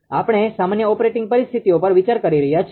આપણે સામાન્ય ઓપરેટિંગ પરિસ્થિતિઓ પર વિચાર કરી રહ્યા છીએ